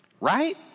right